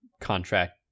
contract